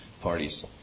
parties